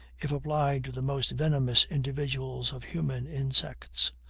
if applied to the most venomous individuals of human insects.